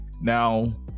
now